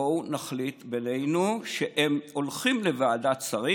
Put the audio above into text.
בואו נחליט בינינו שהם הולכים לוועדת שרים.